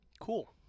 Cool